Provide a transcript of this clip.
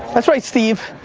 that's right steve.